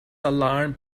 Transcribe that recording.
alarmed